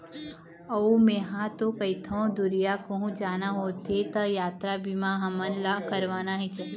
अऊ मेंहा तो कहिथँव दुरिहा कहूँ जाना होथे त यातरा बीमा हमन ला करवाना ही चाही